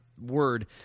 word